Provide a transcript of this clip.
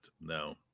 No